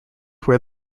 where